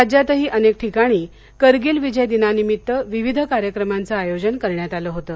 राज्यातही अनेक ठिकाणी कारगिल विजय दिनानिमित्त विविध कार्यक्रमांच आयोजन करण्यात आलं होतं